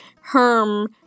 herm